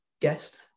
guest